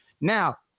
Now